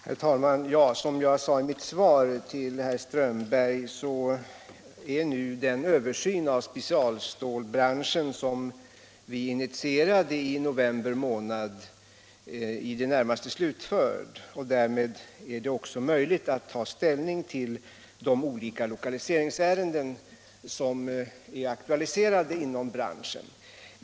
Herr talman! Som jag sade i mitt svar till herr Strömberg i Vretstorp är den översyn av specialstålbranschen som vi initierade i november månad i det närmaste slutförd. Därmed är det också möjligt att ta ställning i de olika lokaliseringsärenden som är aktualiserade inom branschen.